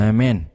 Amen